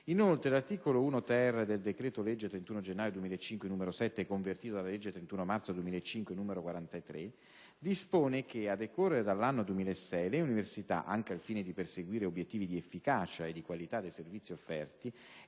Inoltre, l'articolo 1-*ter* del decreto-legge 31 gennaio 2005, n. 7, convertito dalla legge 31 marzo 2005, n. 43, dispone che, a decorrere dall'anno 2006, le Università, anche al fine di perseguire obiettivi di efficacia e qualità dei servizi offerti,